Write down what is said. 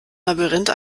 labyrinth